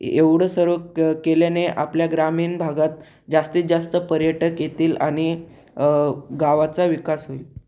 एवढं सर्व क केल्याने आपल्या ग्रामीण भागात जास्तीत जास्त पर्यटक येतील आणि गावाचा विकास होईल